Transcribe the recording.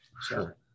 Sure